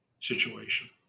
situation